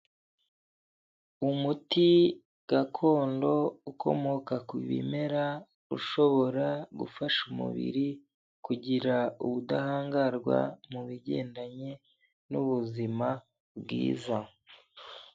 Umuti gakondo ukomoka ku bimera ushobora gufasha umubiri kugira ubudahangarwa mu bigendanye n'ubuzima bwiza.